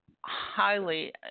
highly